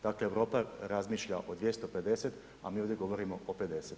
Dakle, Europa razmišlja o 250 a mi ovdje govorimo o 50.